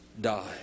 die